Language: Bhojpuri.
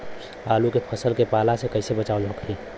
आलू के फसल के पाला से कइसे बचाव होखि?